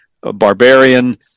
barbarian